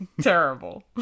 Terrible